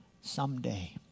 someday